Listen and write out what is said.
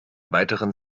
weiteren